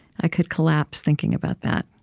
i could collapse, thinking about that.